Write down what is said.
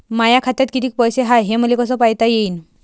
माया खात्यात कितीक पैसे हाय, हे मले कस पायता येईन?